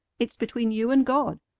it's between you and god.